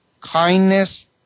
kindness